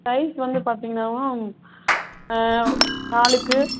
price வந்து பார்த்தீங்கனா ma'am நாலுக்கு